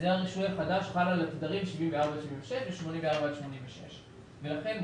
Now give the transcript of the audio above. הסדר הרישוי החדש חל על התדרים 74 עד 76 ו-84 עד 86. לכן,